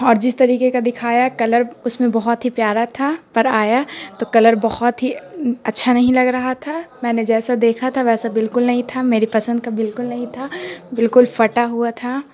اور جس طریقے کا دکھایا کلر اس میں بہت ہی پیارا تھا پر آیا تو کلر بہت ہی اچھا نہیں لگ رہا تھا میں نے جیسا دیکھا تھا ویسا بالکل نہیں تھا میری پسند کا بالکل نہیں تھا بالکل پھٹا ہوا تھا